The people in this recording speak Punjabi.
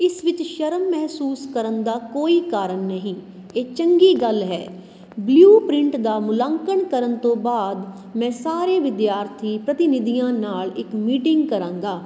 ਇਸ ਵਿੱਚ ਸ਼ਰਮ ਮਹਿਸੂਸ ਕਰਨ ਦਾ ਕੋਈ ਕਾਰਨ ਨਹੀਂ ਇਹ ਚੰਗੀ ਗੱਲ ਹੈ ਬਲਿਊਪ੍ਰਿੰਟ ਦਾ ਮੁਲਾਂਕਣ ਕਰਨ ਤੋਂ ਬਾਅਦ ਮੈਂ ਸਾਰੇ ਵਿਦਿਆਰਥੀ ਪ੍ਰਤੀਨਿਧੀਆਂ ਨਾਲ ਇੱਕ ਮੀਟਿੰਗ ਕਰਾਂਗਾ